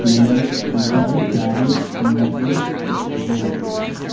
New York Dubai Paris Singapore Rome